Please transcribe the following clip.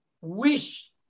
wish